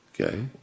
Okay